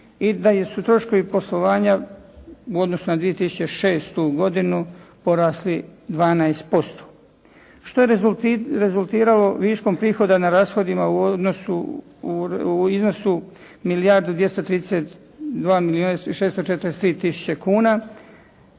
i da su troškovi poslovanja u odnosu na 2006. godinu porasli 12%, što je rezultiralo viškom prihoda na rashodima u iznosu milijardu